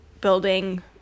building